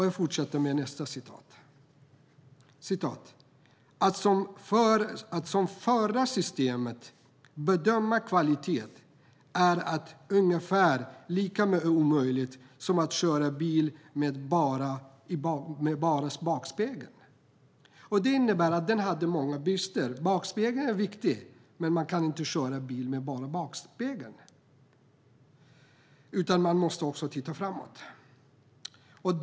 Jag fortsätter att läsa ur mejlet: Att med det förra systemet bedöma kvalitet är ungefär lika omöjligt som att köra bil med bara backspegeln. Det innebär att systemet hade många brister. Backspegeln är viktig, men man kan inte köra bil med bara backspegeln, utan man måste titta framåt också.